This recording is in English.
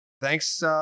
thanks